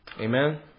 Amen